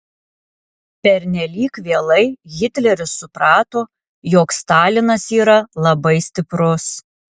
pernelyg vėlai hitleris suprato jog stalinas yra labai stiprus